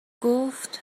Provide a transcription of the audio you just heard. گفت